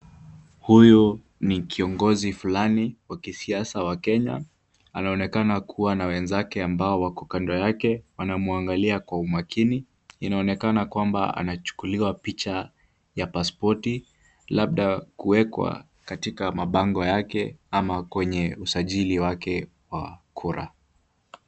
Huyu ni kiongozi fulani wa kisiasa wa Kenya, anaonekana akiwa na wenzake ambao wako kando yake wanamuangalia Kwa umakini. Inaonekana kwamba anachukuliwa picha ya pasipoti labda kuwekwa katika mabango yake ama kwenye usajili wake wa kura.